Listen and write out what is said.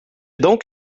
donc